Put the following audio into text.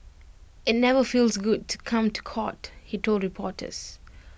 IT never feels good to come to court he told reporters